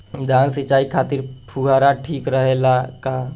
धान सिंचाई खातिर फुहारा ठीक रहे ला का?